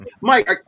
Mike